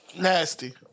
Nasty